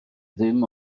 ddim